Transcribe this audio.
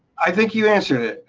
i think you answered it.